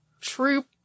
troop